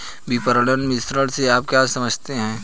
विपणन मिश्रण से आप क्या समझते हैं?